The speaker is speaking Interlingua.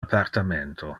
appartamento